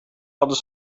hadden